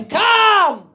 come